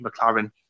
McLaren